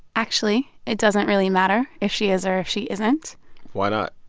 actually, it doesn't really matter if she is or if she isn't why not?